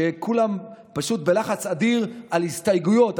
שכולם בלחץ אדיר על הסתייגויות,